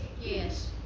Yes